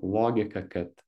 logika kad